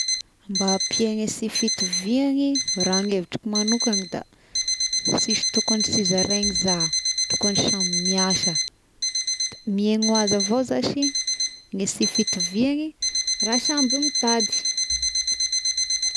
Mba hampihegna sy fitoviagny, raha ny hevitrako manokagny da sisy tokogny sy zaraigny za, tokogny samy miasa da mihegna avy avao zashy ny sy fitoviagny raha samby mitady.